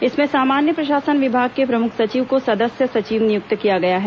इसमें सामान्य प्रशासन विभाग के प्रमुख सचिव को सदस्य सचिव नियुक्त किया गया है